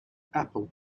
apple